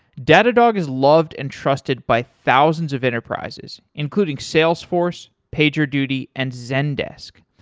datadog is loved and trusted by thousands of enterprises including salesforce, pagerduty and zendesk.